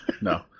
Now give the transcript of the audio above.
No